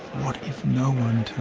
what if no one and